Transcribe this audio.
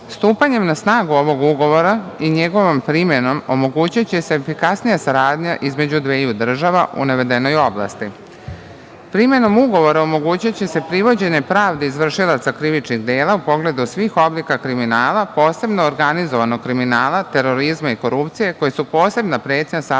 državi. Stupanjem na snagu ovog ugovora i njegovom primenom omogućiće se efikasnija saradnja između dveju država u navedenoj oblasti. Primenom ugovora omogućiće se privođenje pravdi izvršilaca krivičnih dela u pogledu svih oblika kriminala, posebno organizovanog kriminala, terorizma i korupcije, koji su posebna pretnja savremenom